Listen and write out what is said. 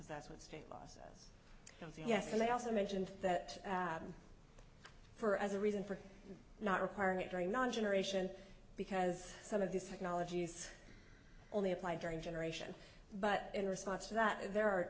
that's what state comes in yes and they also mentioned that for as a reason for not requiring it very non generation because some of these technologies only apply during generation but in response to that there are